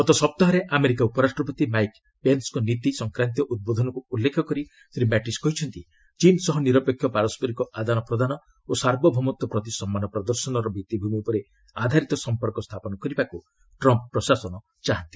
ଗତ ସପ୍ତାହରେ ଆମେରିକା ଉପରାଷ୍ଟ୍ରପତି ମାଇକ୍ ପେନ୍ସଙ୍କ ନୀତି ସଂକ୍ରାନ୍ତୀୟ ଉଦ୍ବୋଧନକୁ ଉଲ୍ଲେଖ କରି ଶ୍ରୀ ମାଟ୍ଟିସ୍ କହିଛନ୍ତି ଚୀନ୍ ସହ ନିରପେକ୍ଷ ପାରସ୍କରିକ ଆଦାନ ପ୍ରଦାନ ଓ ସାର୍ବଭୌମତ୍ୱ ପ୍ରତି ସମ୍ମାନ ପ୍ରଦର୍ଶନର ଭିଭିଭୂମି ଉପରେ ଆଧାରିତ ସମ୍ପର୍କ ସ୍ଥାପନ କରିବାକୁ ଟ୍ରମ୍ପ୍ ପ୍ରଶାସନ ଚାହୁଁଚନ୍ତି